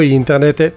internet